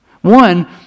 One